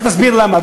לך תסביר למה.